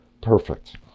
perfect